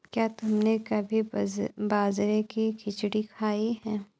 क्या तुमने कभी बाजरे की खिचड़ी खाई है?